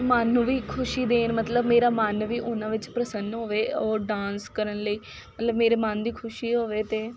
ਮਨ ਨੂੰ ਵੀ ਖੁਸ਼ੀ ਦੇਣ ਮਤਲਬ ਮੇਰਾ ਮਨ ਵੀ ਉਹਨਾਂ ਵਿੱਚ ਪ੍ਰਸੰਨ ਹੋਵੇ ਉਹ ਡਾਂਸ ਕਰਨ ਲਈ ਮਤਲਬ ਮੇਰੇ ਮਨ ਦੀ ਖੁਸ਼ੀ ਹੋਵੇ ਅਤੇ